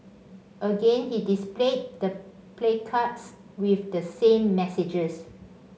again he displayed the placards with the same messages